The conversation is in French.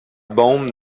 bombe